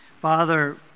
Father